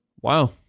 Wow